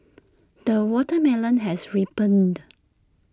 the watermelon has ripened